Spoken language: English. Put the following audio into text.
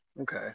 Okay